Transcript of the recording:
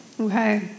Okay